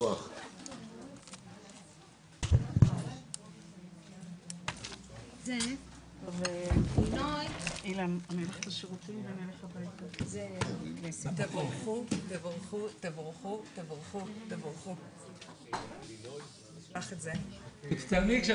בשעה 13:05.